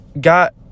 got